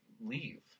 leave